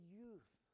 youth